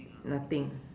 nothing